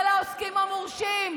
זה לעוסקים המורשים.